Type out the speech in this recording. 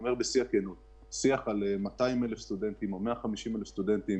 יש 250,000 סטודנטים